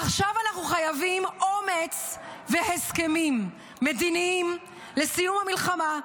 עכשיו אנחנו חייבים אומץ והסכמים מדיניים לסיום המלחמה,